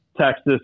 Texas